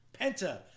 Penta